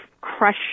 crush